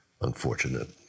unfortunate